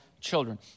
children